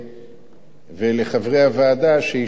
ולחברי הוועדה שהשתתפו בדיונים.